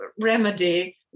remedy